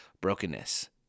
brokenness